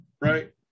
Right